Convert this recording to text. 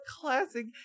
classic